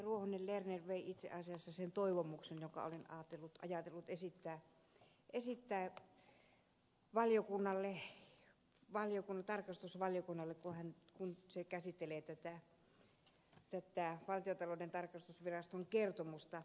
ruohonen lerner sanoi itse asiassa sen toivomuksen jonka olin ajatellut esittää tarkastusvaliokunnalle kun se käsittelee tätä valtionta louden tarkastusviraston kertomusta